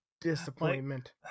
disappointment